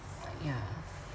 yeah